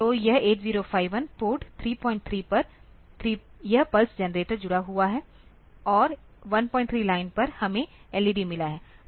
तो यह 8051 port33 यह पल्स जनरेटर जुड़ा हुआ है और 13 लाइन पर हमें एलईडी मिला है